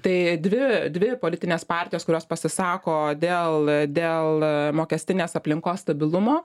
tai dvi dvi politinės partijos kurios pasisako dėl dėl mokestinės aplinkos stabilumo